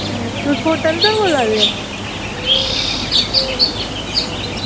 तुस होटल दा बोल्ला दे ओ